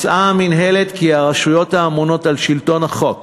מצאה המינהלת כי הרשויות האמונות על שלטון החוק